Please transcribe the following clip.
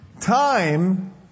Time